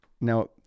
Now